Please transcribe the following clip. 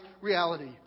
reality